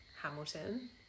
Hamilton